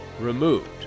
removed